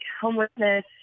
homelessness